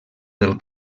del